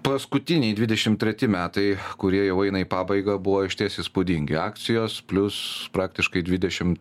paskutiniai dvidešimt treti metai kurie jau eina į pabaigą buvo išties įspūdingi akcijos plius praktiškai dvidešim